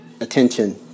attention